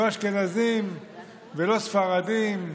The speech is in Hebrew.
לא אשכנזים ולא ספרדים.